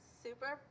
super